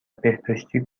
بهداشتی